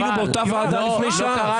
היינו באותה ועדה לפני שעה.